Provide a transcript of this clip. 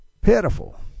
pitiful